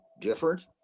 different